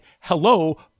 hello